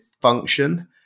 function